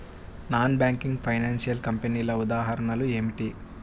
Non banking financial కంపెనీల ఉదాహరణలు ఏమిటి?